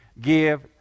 give